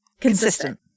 consistent